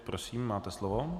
Prosím, máte slovo.